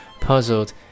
puzzled